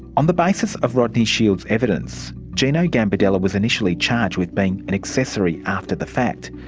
on the basis of rodney shield's evidence, gino gambardella was initially charged with being an accessory after the fact.